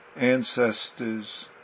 ancestors